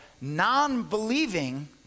non-believing